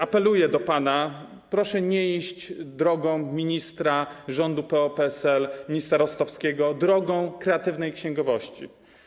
Apeluję do pana: proszę nie iść drogą ministra rządu PO-PSL, ministra Rostowskiego, drogą kreatywnej księgowości.